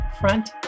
Front